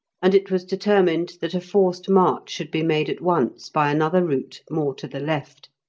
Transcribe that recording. and it was determined that a forced march should be made at once by another route, more to the left,